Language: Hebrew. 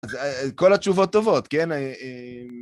כל התשובות טובות, כן?